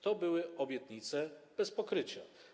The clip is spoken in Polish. To były obietnice bez pokrycia.